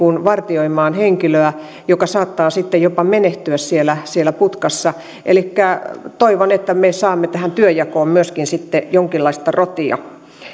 vartioimaan henkilöä joka saattaa sitten jopa menehtyä siellä siellä putkassa toivon että me saamme myöskin tähän työnjakoon sitten jonkinlaista rotia